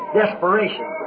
desperation